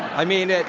i mean,